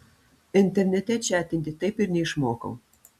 internete čatinti taip ir neišmokau